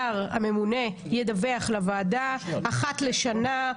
השר הממונה ידווח לוועדה אחת לשנה,